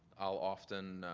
how often,